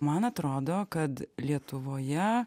man atrodo kad lietuvoje